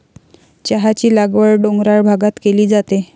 चहाची लागवड डोंगराळ भागात केली जाते